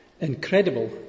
incredible